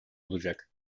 olacak